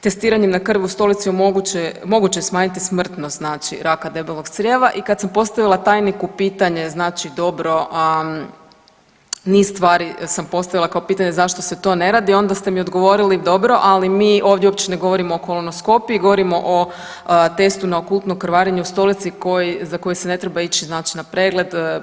Testiranjem na krv u stolici moguće je smanjiti smrtnost znači raka debelog crijeva i kad sam postavila tajniku pitanje znači dobro, niz stvari sam postavila kao pitanje zašto se to ne radi, onda ste mi odgovorili dobro, ali mi ovdje uopće ne govorimo o kolonoskopiji, govorimo o testu na okultno krvarenje u stolici za koji se ne treba ići znači na pregled.